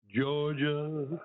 Georgia